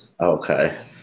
Okay